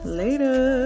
later